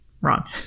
Wrong